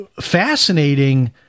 fascinating